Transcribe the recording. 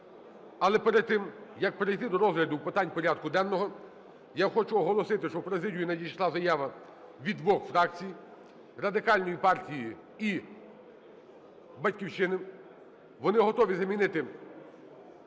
Але перед тим, як перейти до розгляду питань порядку денного, я хочу оголосити, що в президію надійшла заява від двох фракцій: Радикальної партії і "Батьківщини". Вони готові замінити